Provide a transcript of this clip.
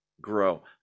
grow